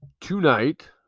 tonight